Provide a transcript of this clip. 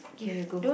here you go